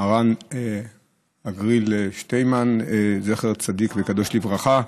מר"ן הגראי"ל שטינמן, זכר צדיק וקדוש לברכה.